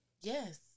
Yes